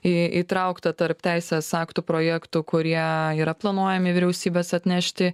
į įtraukta tarp teisės aktų projektų kurie yra planuojami vyriausybės atnešti